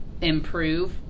improve